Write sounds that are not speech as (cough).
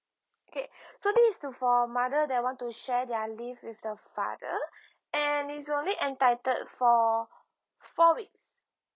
okay (breath) so thi~ is to for mother that want to share their leave with the father (breath) and it's only entitled for four weeks